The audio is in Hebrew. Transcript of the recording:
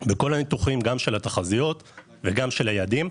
וכל הניתוחים גם של התחזיות וגם של היעדים,